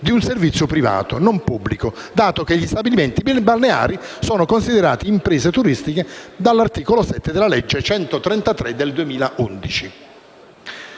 di un servizio privato, non pubblico, dato che gli stabilimenti balneari sono considerati imprese turistiche dall'articolo 7 della legge n. 133 del 2001.